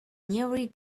nearly